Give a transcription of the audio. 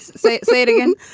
say it say it again.